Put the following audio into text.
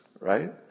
right